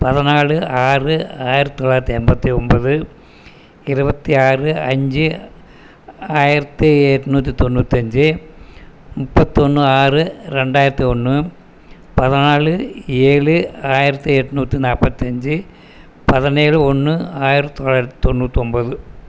பதினாலு ஆறு ஆயிரத்தி தொள்ளாயிரத்தி எண்பத்தி ஒன்பது இருபத்தி ஆறு அஞ்சு ஆயிரத்தி எண்நூத்தி தொண்ணூத்தஞ்சு முப்பத்தொன்று ஆறு ரெண்டாயிரத்தி ஒன்று பதினாலு ஏழு ஆயிரத்தி எண்நூத்து நாற்பதஞ்சி பதனேழு ஒன்று ஆயிரத்தி தொள்ளாயிரத் தொண்ணூற்றொம்பது